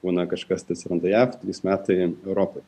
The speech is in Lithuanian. būna kažkas tai atsiranda jav trys metai europoj